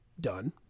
done